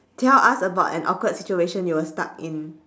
tell us about an awkward situation you were stuck in